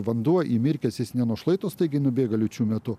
vanduo įmirkęs jis ne nuo šlaito staigiai nubėga liūčių metu